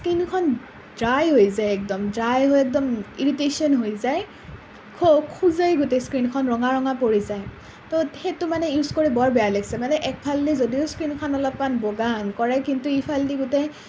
স্কিনখন dry হৈ যায় একদম ড্ৰাই হৈ একদম ইৰিটেচন হৈ যায় খ খজুৱাই গোটেই স্কিনখন ৰঙা ৰঙা পৰি যায় তো সেইটো মানে ইউজ কৰি বৰ বেয়া লাগিছে মানে একফালদি যদিও স্কিনখন অলপমান বগা কৰে কিন্তু ইফালদি গোটেই